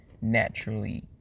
naturally